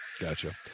Gotcha